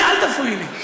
אל תפריעי לי.